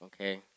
okay